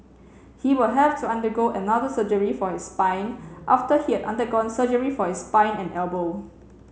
he will have to undergo another surgery for his spine after he had undergone surgery for his spine and elbow